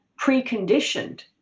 preconditioned